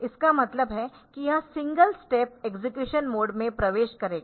इसका मतलब है कि यह सिंगल स्टेप एक्सेक्युशन मोड में प्रवेश करेगा